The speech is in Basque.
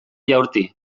jaurti